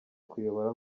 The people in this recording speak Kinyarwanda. kuyobora